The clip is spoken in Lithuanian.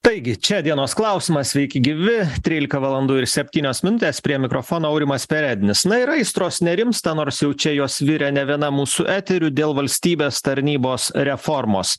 taigi čia dienos klausimas sveiki gyvi trylika valandų ir septynios minutės prie mikrofono aurimas perednis na ir aistros nerimsta nors jau čia jos virė ne vienam mūsų eterių dėl valstybės tarnybos reformos